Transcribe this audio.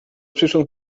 przyszłą